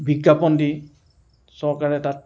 বিজ্ঞাপন দি চৰকাৰে তাত